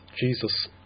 Jesus